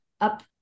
up